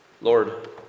Lord